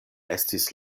estis